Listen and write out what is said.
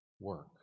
work